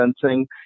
sensing